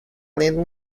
lendo